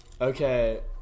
Okay